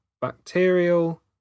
bacterial